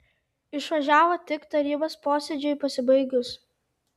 išvažiavo tik tarybos posėdžiui pasibaigus